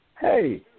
hey